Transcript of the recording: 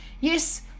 Yes